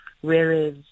Whereas